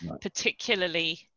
particularly